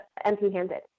empty-handed